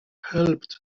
helped